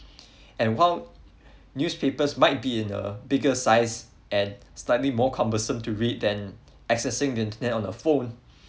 and while newspapers might be in a bigger size and slightly more cumbersome to read than accessing the internet on the phone